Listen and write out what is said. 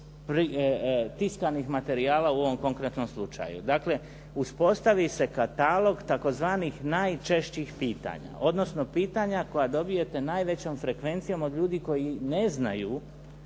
tiskanih materijala u ovom konkretnom slučaju. Dakle, uspostavi se katalog tzv. najčešćih pitanja, odnosno pitanja koja dobijete najvećom frekvencijom od ljudi koji ne znaju